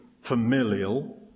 Familial